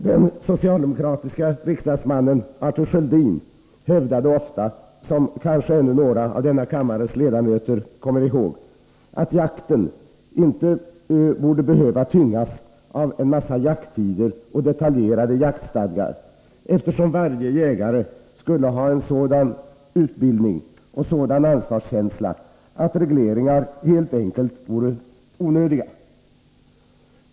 Den socialdemokratiska riksdagsmannen Arthur Sköldin hävdade ofta — som kanske ännu några av denna kammares ledamöter kommer ihåg — att jakten inte borde behöva tyngas av en massa jakttider och detaljerade jaktstadgor, eftersom varje jägare skulle ha sådan utbildning och sådan ansvarskänsla att regleringar helt enkelt vore onödiga.